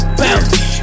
bounce